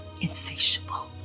insatiable